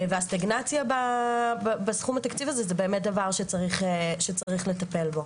והסטגנציה בסכום התקציב הזה זה באמת דבר שצריך לטפל בו,